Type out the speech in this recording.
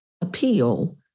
appeal